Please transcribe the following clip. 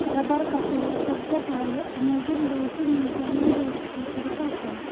rubber का पेड़ सबसे पहले अमेज़न बेसिन में जंगली रूप से उगता था